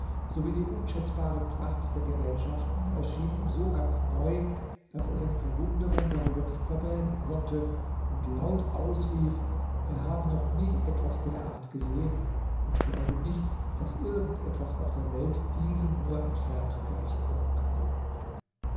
sowie die unschätzbare pracht der gerätschaften erschien ihm so ganz neu daß er seine verwunderung darüber nicht verbergen konnte und laut ausrief er habe noch nie etwas der art gesehen und glaube nicht daß irgend etwas auf der welt diesem nur entfernt gleichkommen könne